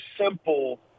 simple